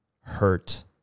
hurt